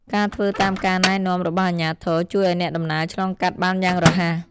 ការធ្វើតាមការណែនាំរបស់អាជ្ញាធរជួយឱ្យអ្នកដំណើរឆ្លងកាត់បានយ៉ាងរហ័ស។